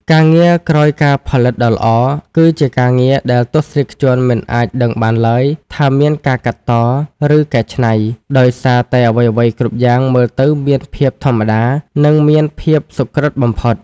ការងារក្រោយការផលិតដ៏ល្អ គឺជាការងារដែលទស្សនិកជនមិនអាចដឹងបានឡើយថាមានការកាត់ត ឬកែច្នៃ ដោយសារតែអ្វីៗគ្រប់យ៉ាងមើលទៅមានភាពធម្មជាតិ និងមានភាពសុក្រឹតបំផុត។